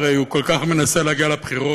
הרי הוא כל כך מנסה להגיע לבחירות,